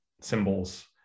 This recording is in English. symbols